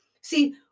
See